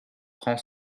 prend